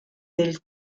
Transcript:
del